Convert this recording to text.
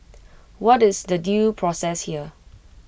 what is the due process here